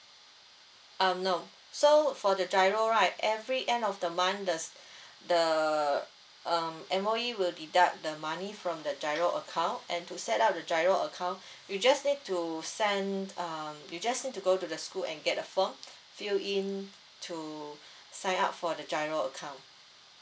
um no so for the G_I_R_O right every end of the month the the um M_O_E will deduct the money from the G_I_R_O account and to set up the G_I_R_O account you just need to send um you just need to go to the school and get a form fill in to sign up for the G_I_R_O account